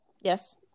yes